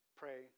pray